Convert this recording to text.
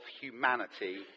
humanity